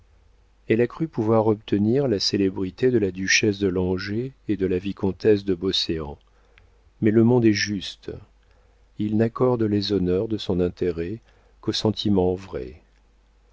elle a cru pouvoir obtenir la célébrité de la duchesse de langeais et de la vicomtesse de beauséant mais le monde est juste il n'accorde les honneurs de son intérêt qu'aux sentiments vrais